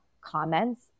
comments